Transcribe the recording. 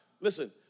listen